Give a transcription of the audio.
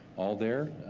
all there,